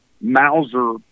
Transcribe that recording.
mauser